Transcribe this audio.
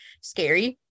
scary